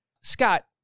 Scott